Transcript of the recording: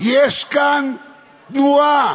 יש כאן תנועה